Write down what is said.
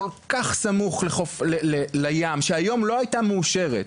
כל כך סמוך לים שהיום לא הייתה מאושרת,